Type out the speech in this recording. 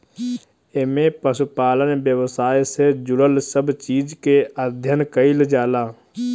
एमे पशुपालन व्यवसाय से जुड़ल सब चीज के अध्ययन कईल जाला